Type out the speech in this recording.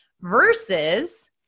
Versus